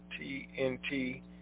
TNT